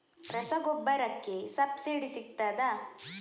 ರಸಗೊಬ್ಬರಕ್ಕೆ ಸಬ್ಸಿಡಿ ಸಿಗ್ತದಾ?